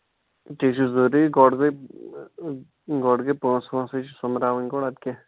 تی چھُ ضٔروٗری گۄڈٕ گٔے گۄڈٕ گٔے پٲنٛسہٕ وٲنٛسہٕ ہَے چھِ سوٚمبراوٕنۍ گۄڈٕ اَدٕ کیٛاہ